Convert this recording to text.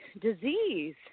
disease